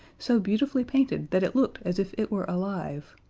so beautifully painted that it looked as if it were alive.